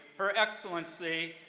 her excellency,